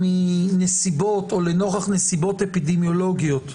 מנסיבות או נוכח נסיבות אפידמיולוגיות,